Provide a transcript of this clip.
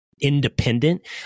independent